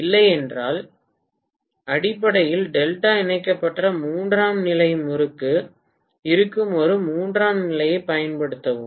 இல்லையெனில் அடிப்படையில் டெல்டா இணைக்கப்பட்ட மூன்றாம் நிலை முறுக்கு இருக்கும் ஒரு மூன்றாம் நிலையைப் பயன்படுத்தவும்